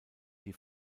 die